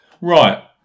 Right